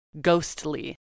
Ghostly